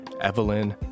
Evelyn